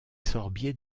sorbiers